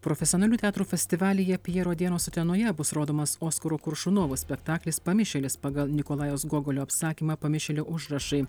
profesionalių teatrų festivalyje pjero dienos utenoje bus rodomas oskaro koršunovo spektaklis pamišėlis pagal nikolajaus gogolio apsakymą pamišėlio užrašai